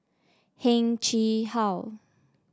Heng Chee How